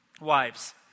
Wives